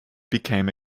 became